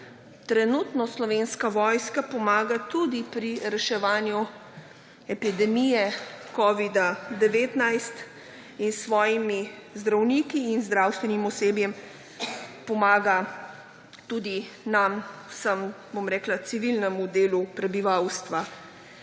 trenutno Slovenska vojska pomaga tudi pri reševanju epidemije covida-19 in s svojimi zdravniki in zdravstvenim osebjem pomaga tudi nam vsem, bom rekla, civilnemu delu prebivalstva.